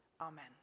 Amen